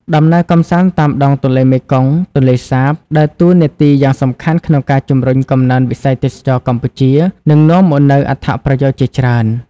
ដំណើរកម្សាន្តតាមដងទន្លេមេគង្គ-ទន្លេសាប ដើរតួនាទីយ៉ាងសំខាន់ក្នុងការជំរុញកំណើនវិស័យទេសចរណ៍កម្ពុជា និងនាំមកនូវអត្ថប្រយោជន៍ជាច្រើន។